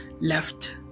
left